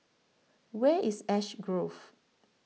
Where IS Ash Grove